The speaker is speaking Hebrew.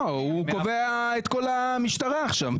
הוא קובע את כל המשטרה עכשיו,